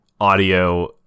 audio